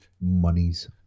money's